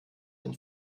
dem